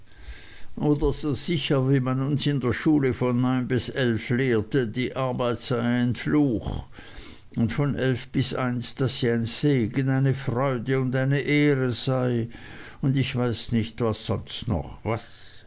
oder so sicher wie man uns in der schule von neun bis elf lehrte die arbeit sei ein fluch und von elf bis eins daß sie ein segen eine freude und eine ehre sei und ich weiß nicht was sonst noch was